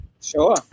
Sure